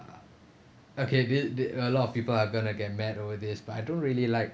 uh okay this is uh a lot of people are gonna get mad over this but I don't really like